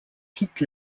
quitte